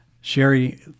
Sherry